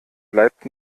bleibt